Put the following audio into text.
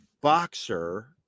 boxer